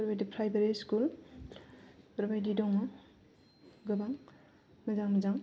बेबायदि private school बेफोरबायदि दङ गोबां मोजां मोजां